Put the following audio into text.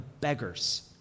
beggars